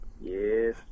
Yes